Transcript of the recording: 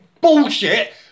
bullshit